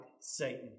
Satan